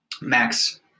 Max